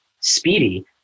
speedy